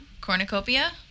Cornucopia